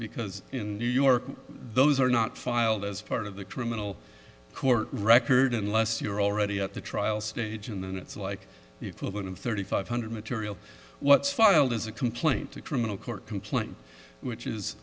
because in new york those are not filed as part of the criminal court record unless you're already at the trial stage and then it's like one of thirty five hundred material what's filed is a complaint to criminal court complaint which is